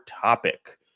topic